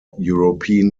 european